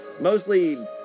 Mostly